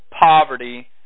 poverty